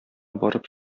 барып